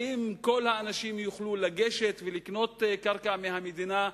האם כל האנשים יוכלו לגשת ולקנות קרקע מהמדינה,